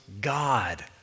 God